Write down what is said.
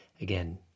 Again